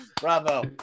Bravo